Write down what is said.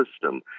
system